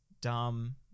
dumb